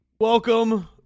welcome